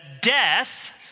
death